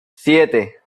siete